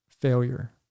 failure